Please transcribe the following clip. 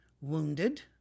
wounded